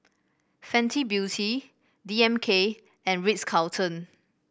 Fenty Beauty D M K and Ritz Carlton